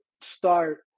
start